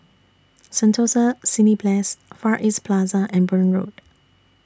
Sentosa Cineblast Far East Plaza and Burn Road